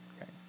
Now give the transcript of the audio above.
Okay